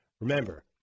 Remember